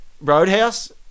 Roadhouse